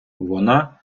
вона